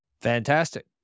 Fantastic